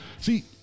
See